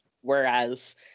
whereas